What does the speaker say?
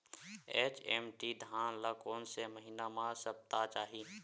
HMT धान ल कोन से महिना म सप्ता चाही?